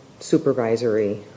supervisory